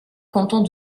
canton